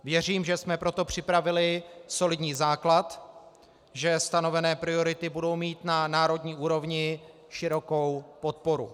Věřím, že jsme pro to připravili solidní základ, že stanovené priority budou mít na národní úrovni širokou podporu.